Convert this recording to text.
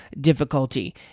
difficulty